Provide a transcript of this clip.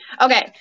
Okay